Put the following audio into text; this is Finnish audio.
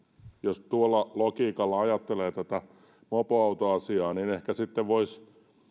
jos tuolla logiikalla ajattelee tätä mopoautoasiaa niin ehkä sitten voisi